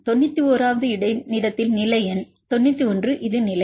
மாணவர் 91 வது இடத்தில் நிலை எண் 91 இது நிலை